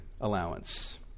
allowance